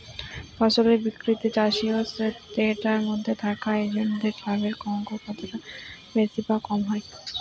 ফসলের বিক্রিতে চাষী ও ক্রেতার মধ্যে থাকা এজেন্টদের লাভের অঙ্ক কতটা বেশি বা কম হয়?